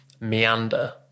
meander